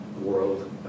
world